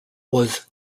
was